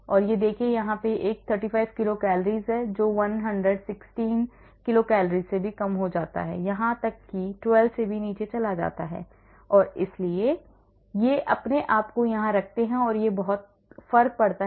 तो यह देखो यह एक 35 kilo cals है जो 116 kcals से भी कम हो जाता है यहां तक कि 12 से भी नीचे चला जाता है और इसलिए ये अपने आप को यहां रखते हैं जिससे बहुत फर्क पड़ता है